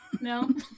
no